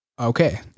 okay